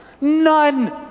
None